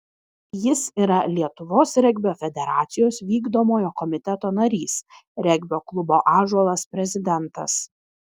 jis yra lietuvos regbio federacijos vykdomojo komiteto narys regbio klubo ąžuolas prezidentas